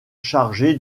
chargé